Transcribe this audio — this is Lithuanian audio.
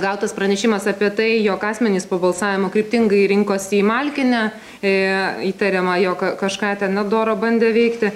gautas pranešimas apie tai jog asmenys po balsavimo kryptingai rinkosi į malkinę įtariama jog kažką ten nedoro bandė veikti